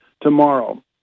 tomorrow